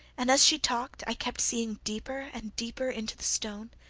and as she talked i kept seeing deeper and deeper into the stone.